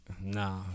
Nah